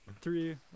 three